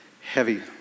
heavy